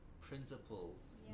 principles